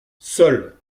seul